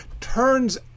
Turns